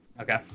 okay